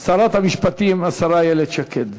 שרת המשפטים, השרה איילת שקד.